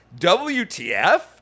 WTF